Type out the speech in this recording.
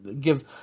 give